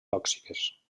tòxiques